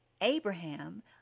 Abraham